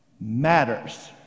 matters